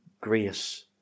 grace